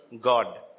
God